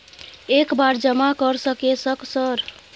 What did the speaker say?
एक बार जमा कर सके सक सर?